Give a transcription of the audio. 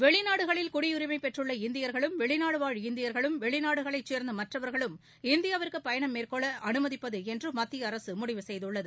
வெளிநாடுகளில் குடியுரிமை பெற்றுள்ள இந்தியர்களும் வெளிநாடுவாழ் இந்தியர்களும் வெளிநாடுகளைச் சேர்ந்த மற்றவர்களும் இந்தியாவிற்கு பயணம் மேற்கொள்ள அனுமதிப்பது என்று மத்திய அரசு முடிவு செய்துள்ளது